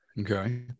Okay